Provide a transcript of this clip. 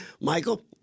Michael